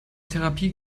therapie